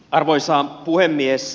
arvoisa puhemies